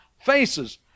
faces